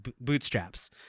bootstraps